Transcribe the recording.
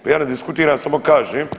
Pa ja ne diskutiram samo kažem